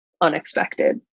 unexpected